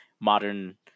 modern